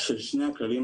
של שני הכללים